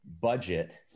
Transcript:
budget